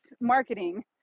marketing